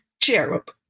cherub